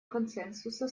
консенсуса